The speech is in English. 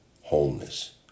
wholeness